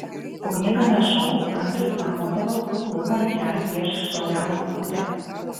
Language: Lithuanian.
ugningame šou andrius mamontovas suklupo ant kelių priešais džordaną butkutę